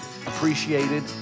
Appreciated